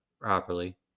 properly